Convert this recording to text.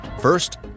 First